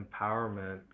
empowerment